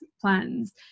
plans